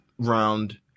round